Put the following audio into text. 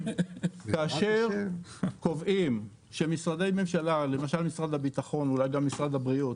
כאשר קובעים שמשרדי ממשלה משרד הביטחון ואולי גם משרד הבריאות